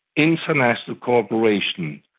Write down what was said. international cooperation,